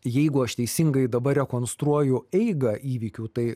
jeigu aš teisingai dabar rekonstruoju eigą įvykių tai